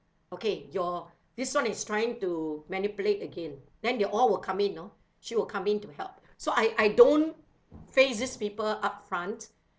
okay your this [one] is trying to manipulate again then they all will come in you know she will come in to help so I I don't face these people upfront